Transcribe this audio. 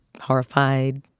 horrified